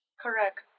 Correct